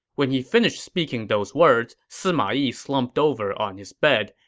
when he finished speaking those words, sima yi slumped over on his bed,